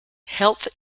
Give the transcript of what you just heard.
health